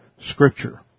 scripture